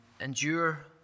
endure